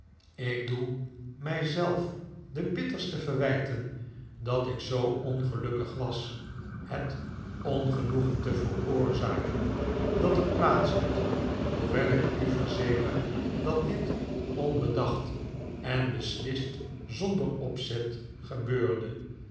ik doe mij zelf de bitterste verwijten dat ik zoo ongelukkig was het ongenoegen te veroorzaken dat er plaats had hoewel ik u verzeker dat dit onbedacht en beslist zonder opzet gebeurde